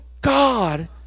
God